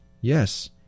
Yes